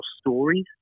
stories